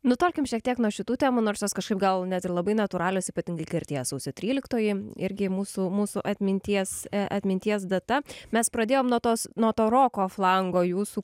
nutolkim šiek tiek nuo šitų temų nors jos kažkaip gal net ir labai natūralios ypatingai kai artėja sausio tryliktoji irgi mūsų mūsų atminties atminties data mes pradėjom nuo tos nuo to roko flango jūsų